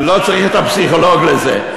אני לא צריך את הפסיכולוג לזה.